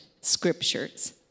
scriptures